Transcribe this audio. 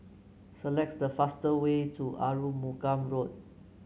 selects the fastest way to Arumugam Road